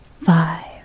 Five